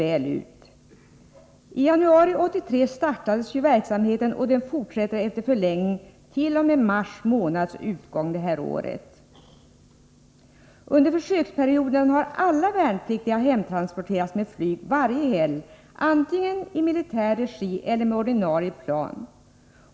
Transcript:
I januari 1983 startades verksamheten, och den fortsätter efter förlängning t.o.m. mars månads utgång detta år. Under försöksperioden har alla värnpliktiga hemtransporterats med flyg varje helg, antingen i militär regi eller med ordinarie plan.